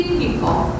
people